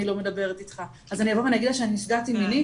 לא מדברת איתך' אז אני אבוא ואגיד לה שנפגעתי מינית?'